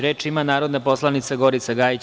Reč ima narodna poslanica Gorica Gajić.